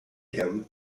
him